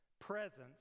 presence